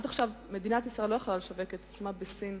עד עכשיו מדינת ישראל לא יכלה לשווק את עצמה בסין.